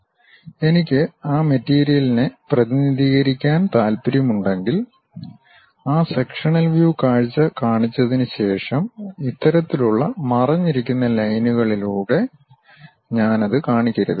Refer Slide Time 1446 എനിക്ക് ആ മെറ്റീരിയലിനെ പ്രതിനിധീകരിക്കാൻ താൽപ്പര്യമുണ്ടെങ്കിൽ ആ സെക്ഷനൽ വ്യു കാഴ്ച കാണിച്ചതിന് ശേഷം ഇത്തരത്തിലുള്ള മറഞ്ഞിരിക്കുന്ന ലൈനുകളിലൂടെ ഞാൻ അത് കാണിക്കരുത്